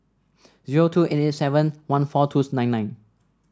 zero two eight eight seven one four twos nine nine